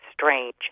strange